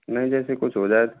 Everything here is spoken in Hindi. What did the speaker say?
नहीं जैसे कुछ हो जाए